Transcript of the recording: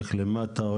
הולך למטה,